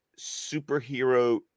superhero